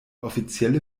offizielle